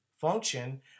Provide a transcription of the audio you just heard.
function